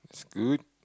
it's good